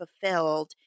fulfilled